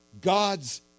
God's